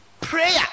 prayer